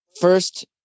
first